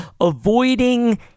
avoiding